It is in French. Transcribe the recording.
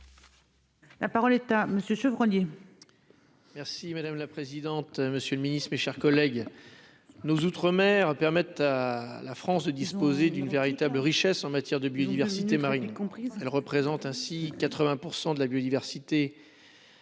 La parole est à monsieur Chevreau. Merci madame la présidente, monsieur le Ministre, mes chers collègues, nos outre-mer permet à la France de disposer d'une véritable richesse en matière de biodiversité marine comprise, elle représente ainsi 80 % de la biodiversité